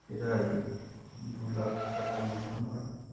প্রায় দু লাখ টাকা ইনকাম হয়